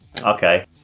okay